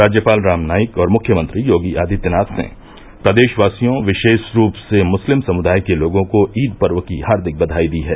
राज्यपाल राम नाईक और मुख्यमंत्री योगी आदित्यनाथ ने प्रदेशवासियों विशेष रूप से मुस्लिम समुदाय के लोगों को ईद पर्व की हार्दिक बधाई दी है